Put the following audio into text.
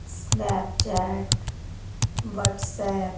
snapchat WhatsApp